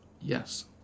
Yes